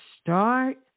start